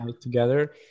together